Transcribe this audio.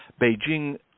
Beijing